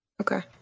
Okay